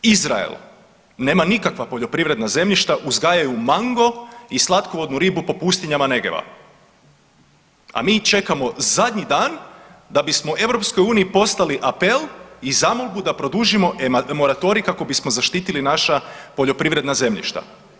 Izrael nema nikakva poljoprivredna zemljišta uzgajaju mango i slatkovodnu ribu po pustinjama Negeva, a mi čekamo zadnji dan da bismo EU poslali apel i zamolbu da produžimo moratorij kako bismo zaštitili naše poljoprivredna zemljišta.